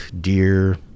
deer